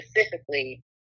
specifically